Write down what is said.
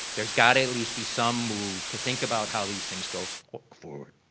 there's got to at least be some move to think about how these things go forward.